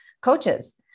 coaches